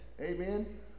Amen